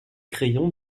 crayon